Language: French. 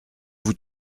vous